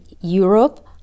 Europe